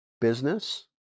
business